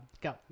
go